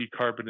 decarbonization